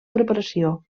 preparació